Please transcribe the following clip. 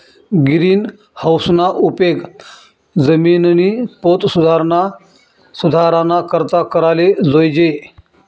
गिरीनहाऊसना उपेग जिमिननी पोत सुधाराना करता कराले जोयजे